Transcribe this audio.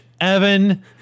Evan